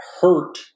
hurt